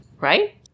right